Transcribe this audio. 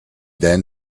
then